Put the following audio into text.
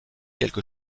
quelque